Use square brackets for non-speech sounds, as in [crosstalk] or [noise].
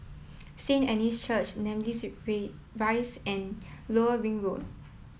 Saint Anne's Church Namly [unintelligible] Rise and Lower Ring Road